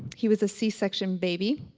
he was a c-section baby.